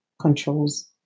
controls